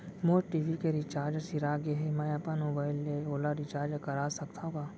मोर TV के recharge सिरा गे हे, मैं अपन मोबाइल ले ओला रिचार्ज करा सकथव का?